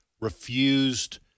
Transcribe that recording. refused